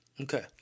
Okay